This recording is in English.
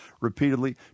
repeatedly